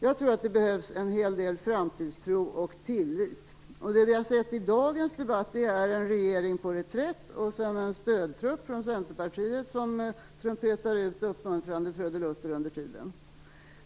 Jag tror att det behövs en hel del framtidstro och tillit, och det jag har sett i dagens debatt är en regering på reträtt och en stödtrupp från Centerpartiet som trumpetar ut uppmuntrande trudelutter under tiden.